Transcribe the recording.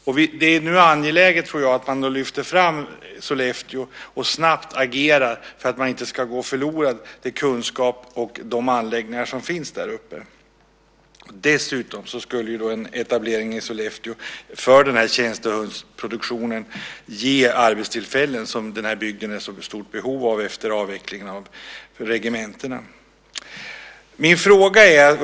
Det är nu angeläget, tror jag, att man lyfter fram Sollefteå och snabbt agerar för att den kunskap och de anläggningar som finns där uppe inte ska gå förlorade. Dessutom skulle en etablering i Sollefteå för tjänstehundsproduktionen ge arbetstillfällen som den här bygden är i så stort behov av efter avvecklingen av regementena.